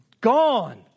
gone